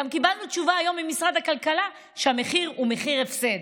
גם קיבלנו תשובה היום ממשרד הכלכלה שהמחיר הוא מחיר הפסד.